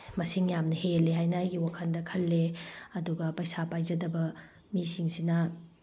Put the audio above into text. ꯃꯁꯤꯡ ꯌꯥꯝꯅ ꯍꯦꯜꯂꯦ ꯍꯥꯏꯅ ꯑꯩꯒꯤ ꯋꯥꯈꯜꯗ ꯈꯜꯂꯦ ꯑꯗꯨꯒ ꯄꯩꯁꯥ ꯄꯥꯏꯖꯗꯕ ꯃꯤꯁꯤꯡꯁꯤꯅ